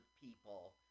people